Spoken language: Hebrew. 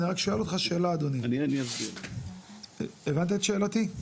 אני אשאל אותך שאלה אדוני, הבנת את שאלתי?